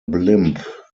blimp